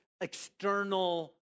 external